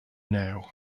now